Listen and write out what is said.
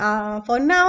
uh for now